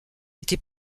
était